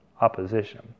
opposition